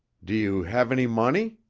do you have any money?